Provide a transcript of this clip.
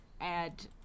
add